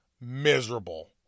miserable